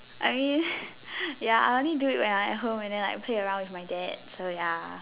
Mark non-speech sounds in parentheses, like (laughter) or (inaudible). I mean (breath) ya I only do it when I'm at home and then I play around with my dad so ya